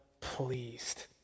pleased